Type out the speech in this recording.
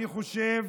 אני חושב